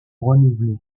renouvelé